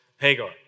Hagar